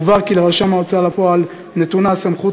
מובהר כי לרשם ההוצאה לפועל נתונה הסמכות